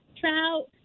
trout